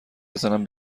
بزنم